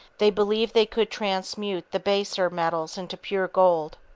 they believed they could transmute the baser metals into pure gold.